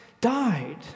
died